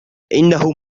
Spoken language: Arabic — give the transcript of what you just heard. إنه